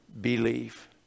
believe